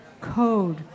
code